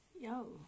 Yo